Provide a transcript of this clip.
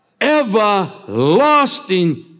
everlasting